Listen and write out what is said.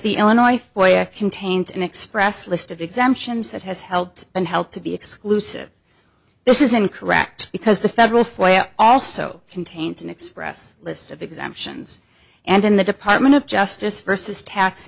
the illinois boy contains an express list of exemptions that has held and held to be exclusive this is incorrect because the federal also contains an express list of exemptions and in the department of justice versus tax